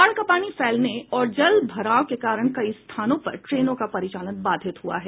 बाढ़ का पानी फैलने और जल भराव के कारण कई स्थानों पर ट्रेनों का परिचालन बाधित हुआ है